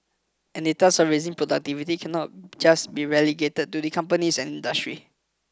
and the task of raising productivity cannot just be relegated to the companies and industry